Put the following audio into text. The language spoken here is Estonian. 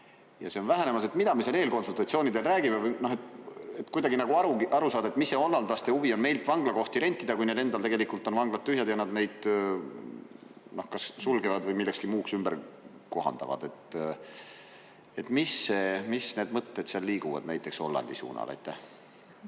arv] on vähenemas. Mida me seal eelkonsultatsioonidel räägime? Tahaks kuidagi aru saada, mis see hollandlaste huvi on meilt vanglakohti rentida, kui neil endal on vanglad tühjad ja nad neid kas sulgevad või millekski muuks ümber kohandavad. Mis mõtted seal liiguvad näiteks Hollandi suunal?